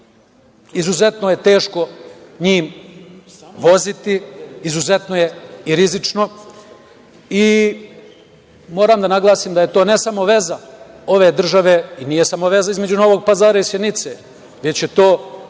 izuzetno je teško njim voziti, izuzetno je i rizično, i moram da naglasim da je to ne samo veza ove države i nije samo veza između Novog Pazara i Sjenice, već je to